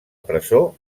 presó